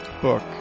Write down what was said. book